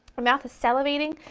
mouth is salivating,